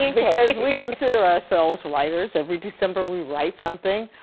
because we consider ourselves writers. every december we write something.